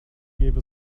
gave